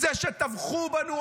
זה שטבחו בנו,